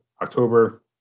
October